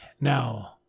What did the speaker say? Now